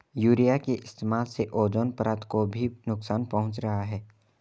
urea के इस्तेमाल से ओजोन परत को भी नुकसान पहुंच रहा है